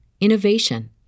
innovation